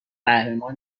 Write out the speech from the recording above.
قهرمان